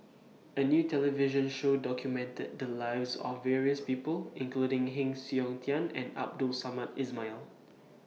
A New television Show documented The Lives of various People including Heng Siok Tian and Abdul Samad Ismail